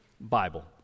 Bible